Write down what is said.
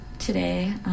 today